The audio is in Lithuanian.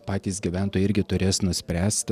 patys gyventojai irgi turės nuspręsti